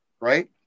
right